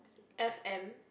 F M